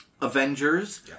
Avengers